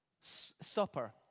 supper